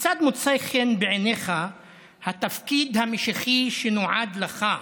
כיצד מוצא חן בעיניך התפקיד המשיחי שנועד לך,